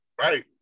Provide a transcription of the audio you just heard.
Right